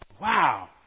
wow